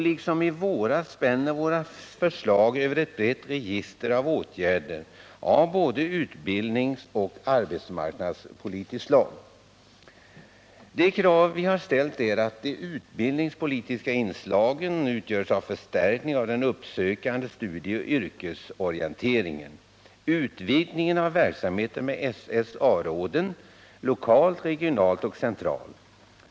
Liksom i våras spänner våra förslag över ett brett register av åtgärder av både utbildningsoch arbetsmarknadspolitiskt slag. De krav vi har ställt är: ”De utbildningspolitiska inslagen utgörs av förstärkning av den uppsökande studieoch yrkesorienteringen , utvidgning av verksamheten med SSA-råd lokalt, regionalt och centralt.